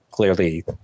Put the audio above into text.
Clearly